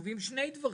- כתובים שני דברים.